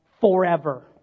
forever